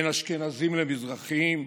בין אשכנזים למזרחים,